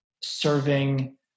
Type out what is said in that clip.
serving